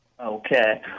okay